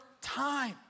time